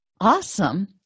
awesome